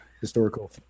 historical